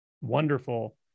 wonderful